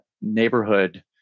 neighborhood